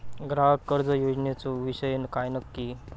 ग्राहक कर्ज योजनेचो विषय काय नक्की?